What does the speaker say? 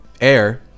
air